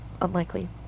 unlikely